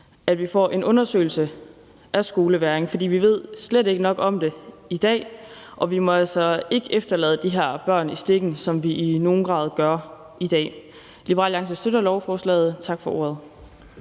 at vi får en undersøgelse af skolevægringen. For vi ved slet ikke nok om det i dag, og vi må altså ikke lade de her børn i stikken, hvad vi i nogen grad gør i dag. Liberal Alliance støtter lovforslaget. Tak for ordet.